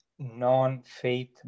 non-faith